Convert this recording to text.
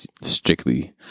strictly